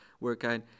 workout